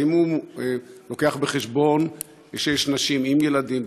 האם הוא מביא בחשבון שיש נשים עם ילדים,